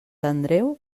andreu